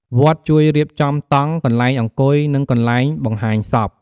វត្តជួយរៀបចំតង់ កន្លែងអង្គុយ និងកន្លែងបង្ហាញសព។